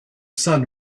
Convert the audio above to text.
sun